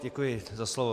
Děkuji za slovo.